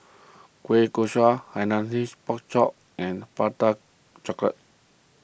Kueh Kaswi Hainanese Pork Chop and Prata Chocolate